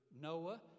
Noah